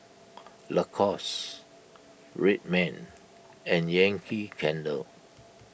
Lacoste Red Man and Yankee Candle